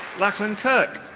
lachlan kirk.